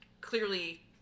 clearly